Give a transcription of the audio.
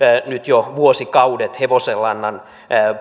nyt jo vuosikaudet hevosenlannan